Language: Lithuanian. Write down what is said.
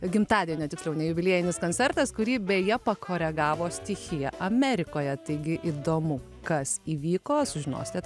gimtadienio tiksliau ne jubiliejinis koncertas kurį beje pakoregavo stichija amerikoje taigi įdomu kas įvyko sužinosite